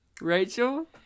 Rachel